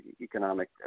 economic